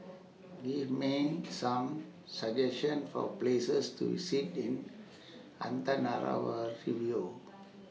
Give Me Some suggestions For Places to Sit in Antananarivo